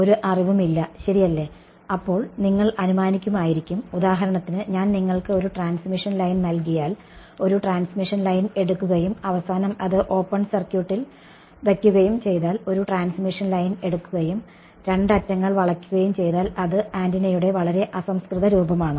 ഒരു അറിവും ഇല്ല ശരിയല്ലേ അപ്പോൾ നിങ്ങൾ അനുമാനിക്കുമായിരിക്കും ഉദാഹരണത്തിന് ഞാൻ നിങ്ങൾക്ക് ഒരു ട്രാൻസ്മിഷൻ ലൈൻ നൽകിയാൽ ഒരു ട്രാൻസ്മിഷൻ ലൈൻ എടുക്കുകയും അവസാനം അത് ഓപ്പൺ സർക്യൂട്ടിൽ വയ്ക്കുകയും ചെയ്താൽ ഒരു ട്രാൻസ്മിഷൻ ലൈൻ എടുക്കുകയും രണ്ട് അറ്റങ്ങൾ വളയ്ക്കുകയും ചെയ്താൽ അത് ആന്റിനയുടെ വളരെ അസംസ്കൃത രൂപമാണ്